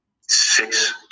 six